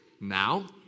now